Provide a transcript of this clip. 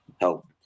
help